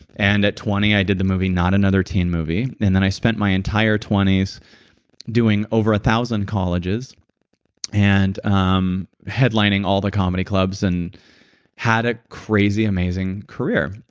and at twenty i did the movie not another teen movie and then i spent my entire twenty s doing over a thousand colleges and um headlining all the comedy clubs, and had a crazy, amazing career.